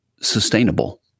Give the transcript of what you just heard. sustainable